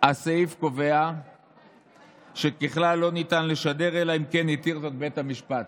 הסעיף קובע שככלל לא ניתן לשדר אלא אם כן התיר זאת בית המשפט.